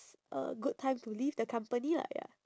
a good time to leave the company lah ya